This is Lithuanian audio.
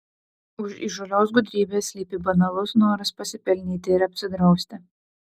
už įžūlios gudrybės slypi banalus noras pasipelnyti ir apsidrausti